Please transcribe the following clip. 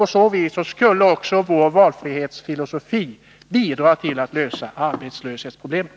Därmed skulle också vår valfrihetsfilosofi bidra till att lösa arbetslöshetsproblemet.